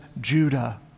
Judah